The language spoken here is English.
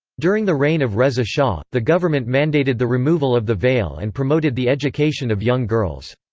during the reign of reza shah, the government mandated the removal of the veil and promoted the education of young girls.